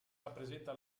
rappresenta